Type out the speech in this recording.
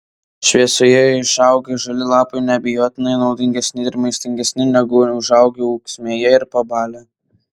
šviesoje išaugę žali lapai neabejotinai naudingesni ir maistingesni negu užaugę ūksmėje ir pabalę